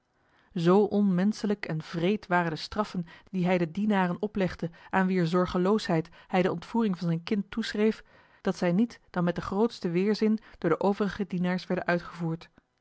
zoo onmenschelijk en wreed waren de straffen die hij den dienaren oplegde aan wier zorgeloosheid hij de ontvoering van zijn kind toeschreef dat zij niet dan met den grootsten weerzin door de overige dienaars werden uitgevoerd